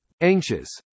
Anxious